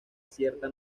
cierta